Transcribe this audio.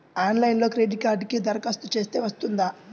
ఆన్లైన్లో క్రెడిట్ కార్డ్కి దరఖాస్తు చేస్తే వస్తుందా?